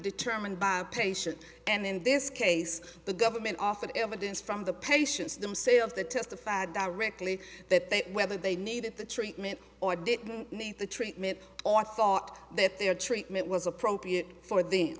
determined by patient and in this case the government offered evidence from the patient's them say of the testified directly that they whether they needed the treatment or didn't need the treatment or thought that their treatment was appropriate for the